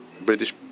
British